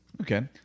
Okay